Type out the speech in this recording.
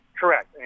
Correct